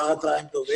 אחר הצוהריים טובים.